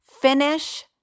Finish